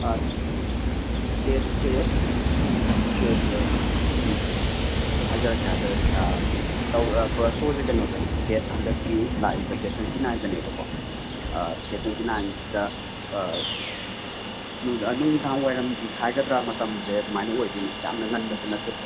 ꯗꯦꯠꯁꯦ okay okay okay um ꯍꯥꯏꯖꯔꯛꯀꯦ ꯍꯥꯏꯖꯔꯛꯀꯦ ꯑꯥ ꯑꯥ ꯁꯣꯁꯦ ꯀꯩꯅꯣꯗꯅꯦ ꯗꯦꯠ ꯍꯟꯗꯛꯀꯤ ꯂꯥꯛꯏꯕ ꯗꯦꯠ ꯇ꯭ꯋꯦꯟꯇꯤ ꯅꯥꯏꯟꯗꯅꯦꯕ ꯀꯣ ꯗꯦꯠ ꯇ꯭ꯋꯦꯟꯇꯤ ꯅꯥꯏꯟꯁꯤꯗ ꯅꯨꯃꯤꯗꯥꯡꯋꯥꯏꯔꯝꯒꯤ ꯍꯥꯏꯒꯗ꯭ꯔꯥ ꯃꯇꯝꯁꯦ ꯑꯗꯨꯃꯥꯏꯅ ꯑꯣꯏꯗꯣꯏꯅꯤ ꯌꯥꯝꯅ ꯉꯟꯕꯁꯨ ꯅꯠꯇꯦ